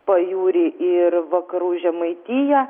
pajūrį ir vakarų žemaitiją